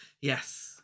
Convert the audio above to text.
Yes